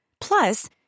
Plus